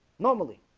normally,